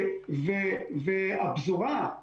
והפזורה,